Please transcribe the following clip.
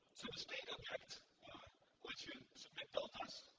the state object lets you submit deltas,